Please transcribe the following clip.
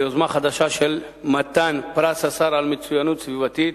ביוזמה חדשה של מתן פרס השר על מצוינות סביבתית,